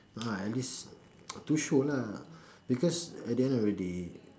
no lah at least to show lah because at the end of the day